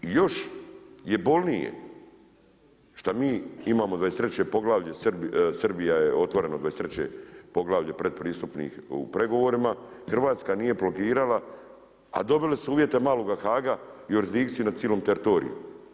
Još je bolnije šta mi imamo 23. poglavlje, Srbija je otvorila 23. poglavlje pretpristupnih pregovora, Hrvatska nije blokirala, a dobili su uvjete maloga Haaga, jurisdikciju na cijelom teritoriju.